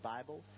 Bible